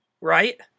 Right